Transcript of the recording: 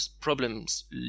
problems